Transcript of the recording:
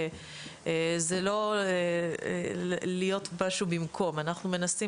זה לא להיות משהו במקום אנחנו מנסים